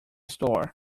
store